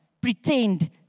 pretend